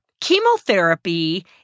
Chemotherapy